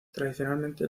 tradicionalmente